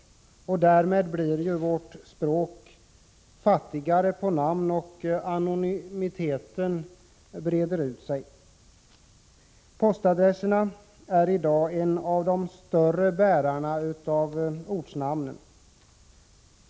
Därmed blir vårt språk fattigare på namn, och anonymiteten breder ut sig. Postadresserna är i dag en av de större bärarna av ortnamnen.